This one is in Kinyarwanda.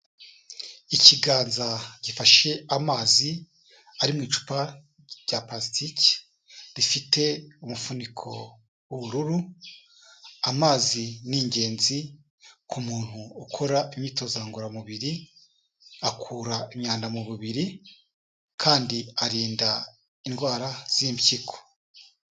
Ikiganza gifashe amazi ari mu icupa rya palasitiki rifite umufuniko w'ubururu. Amazi ni ingenzi ku muntu ukora imyitozo ngororamubiri. Akura imyanda mu mubiri kandi arinda indwara z'impyiko.